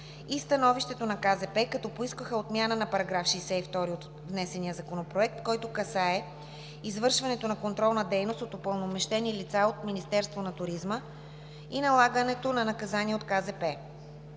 потребителите, като поискаха отмяната на § 62 от внесения Законопроект, който касае извършването на контролна дейност от упълномощени лица от Министерството на туризма и налагането на наказания от